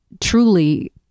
truly